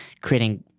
creating